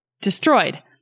destroyed